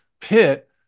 pit